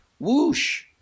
Whoosh